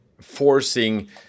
forcing